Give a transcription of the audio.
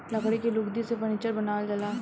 लकड़ी के लुगदी से फर्नीचर बनावल जाला